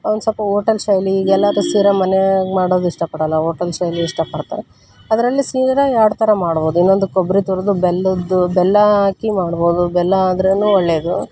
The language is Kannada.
ಒಂದು ಸ್ವಲ್ಪ ಓಟಲ್ ಸ್ಟೈಲ್ ಈಗ ಎಲ್ಲರು ಶೀರಾ ಮನ್ಯಾಗ ಮಾಡೋದು ಇಷ್ಟಪಡೋಲ್ಲ ಓಟಲ್ ಸ್ಟೈಲ್ ಇಷ್ಟಪಡ್ತಾರೆ ಅದರಲ್ಲಿ ಶೀರಾ ಎರಡು ಥರ ಮಾಡ್ಬೋದು ಇನ್ನೊಂದು ಕೊಬ್ಬರಿ ತುರಿದು ಬೆಲ್ಲದ್ದು ಬೆಲ್ಲ ಹಾಕಿ ಮಾಡ್ಬೋದು ಬೆಲ್ಲ ಆದ್ರೂನು ಒಳ್ಳೆಯದು